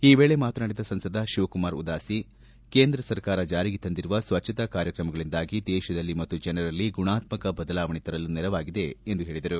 ಈ ವೇಳೆ ಮಾತನಾಡಿದ ಸಂಸದ ಶಿವಕುಮಾರ ಉದಾಸಿ ಕೇಂದ್ರ ಸರ್ಕಾರ ಜಾರಿಗೆ ತಂದಿರುವ ಸ್ವಜ್ಞತಾ ಕಾರ್ಯಕ್ರಮದಿಂದಾಗಿ ದೇಶದಲ್ಲಿ ಮತ್ತು ಜನರಲ್ಲಿ ಗುಣಾತ್ಸಕ ಬದಲಾವಣೆ ತರಲು ನೆರವಾಗಿದೆ ಎಂದು ಹೇಳಿದರು